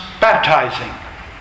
baptizing